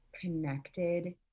connected